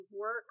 work